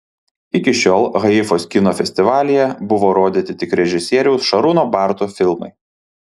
iki šiol haifos kino festivalyje buvo rodyti tik režisieriaus šarūno barto filmai